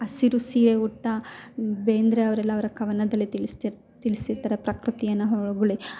ಹಸಿರು ಸೀರೆ ಉಟ್ಟ ಬೇಂದ್ರೆ ಅವರರೆಲ್ಲ ಅವರ ಕವನದಲ್ಲೆ ತಿಳಿಸ್ತಿರ್ ತಿಳಿಸಿರ್ತಾರೆ ಪ್ರಕೃತಿಯನ್ನು ಹೊಗಳಿ